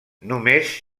només